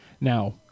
Now